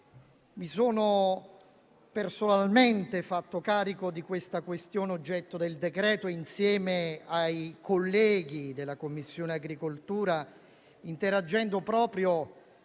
Mi sono personalmente fatto carico della questione oggetto del decreto-legge insieme ai colleghi della Commissione agricoltura, interagendo proprio